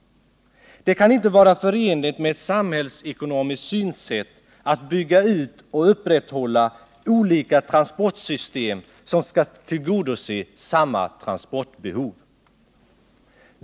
Det kan inte vara förenligt med ett samhällsekonomiskt synsätt att bygga ut och upprätthålla olika transportsystem som skall tillgodose samma transportbehov.